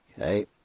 okay